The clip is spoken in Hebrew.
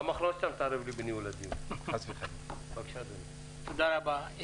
תודה רבה.